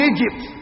Egypt